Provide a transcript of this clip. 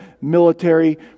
military